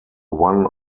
one